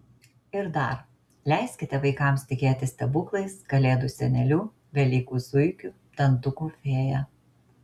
ir dar leiskite vaikams tikėti stebuklais kalėdų seneliu velykų zuikiu dantukų fėja